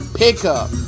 pickup